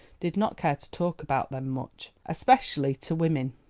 did not care to talk about them much, especially to women.